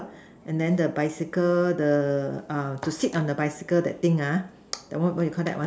and then the bicycle the err to sit on the bicycle that thing ah the what what you Call that one